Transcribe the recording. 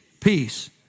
Peace